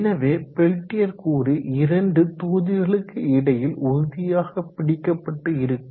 எனவே பெல்டியர் கூறு இரண்டு தொகுதிகளுக்கு இடையில் உறுதியாக பிடிக்கப்பட்டு இருக்கும்